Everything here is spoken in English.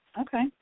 Okay